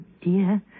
dear